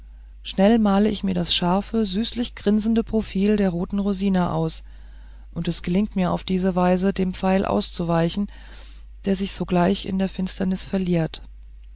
schnell male ich mir das scharfe süßlich grinsende profil der roten rosina aus und es gelingt mir auf diese weise dem pfeil auszuweichen der sich sogleich in der finsternis verliert